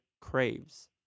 craves